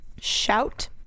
Shout